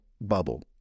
bubble